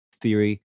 Theory